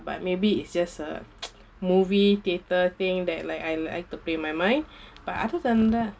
but maybe it's just a movie theater thing that like I like to play my mind but other than that